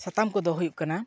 ᱥᱟᱛᱟᱢ ᱠᱚᱫᱚ ᱦᱩᱭᱩᱜ ᱠᱟᱱᱟ